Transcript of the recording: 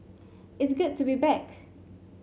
it's good to be back